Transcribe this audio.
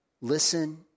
listen